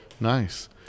nice